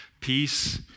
peace